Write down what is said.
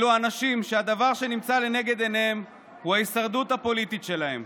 אלו אנשים שהדבר שנמצא לנגד עיניהם הוא ההישרדות הפוליטית שלהם.